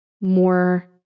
more